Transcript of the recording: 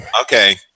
Okay